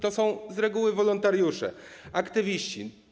To są z reguły wolontariusze, aktywiści.